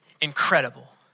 incredible